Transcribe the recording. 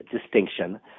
distinction